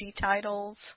titles